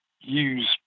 use